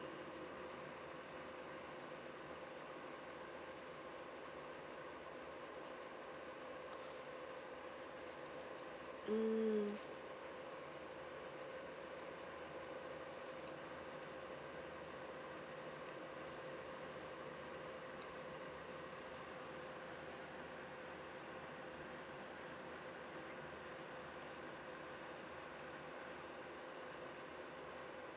mm